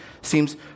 seems